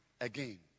again